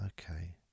okay